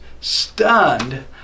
stunned